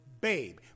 babe